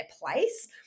place